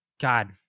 God